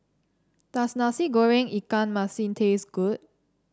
does Nasi Goreng Ikan Masin taste good